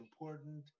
important